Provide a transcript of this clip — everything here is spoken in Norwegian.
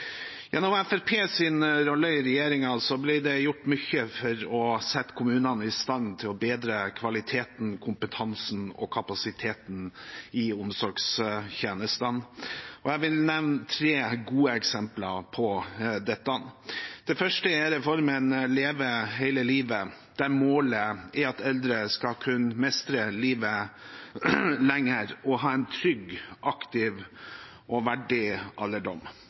rolle i regjeringen ble det gjort mye for å sette kommunene i stand til å bedre kvaliteten, kompetansen og kapasiteten i omsorgstjenestene, og jeg vil nevne tre gode eksempler på dette. Det første er reformen Leve hele livet, der målet er at eldre skal kunne mestre livet lenger og ha en trygg, aktiv og verdig alderdom.